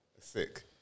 Sick